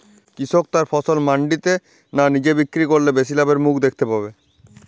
কৃষক তার ফসল মান্ডিতে না নিজে বিক্রি করলে বেশি লাভের মুখ দেখতে পাবে?